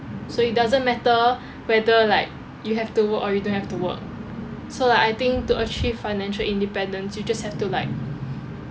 so it doesn't matter whether like you have to work or you don't have to work so like I think to achieve financial independence you just have to like